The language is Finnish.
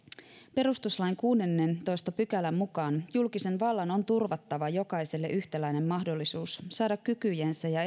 perustuslain kuudennentoista pykälän mukaan julkisen vallan on turvattava jokaiselle yhtäläinen mahdollisuus saada kykyjensä ja